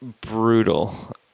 brutal